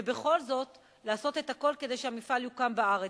ובכל זאת לעשות את הכול כדי שהמפעל יוקם בארץ.